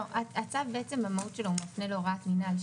הצו בעצם במהות שלו הוא מפנה להוראת מינהל,